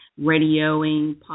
radioing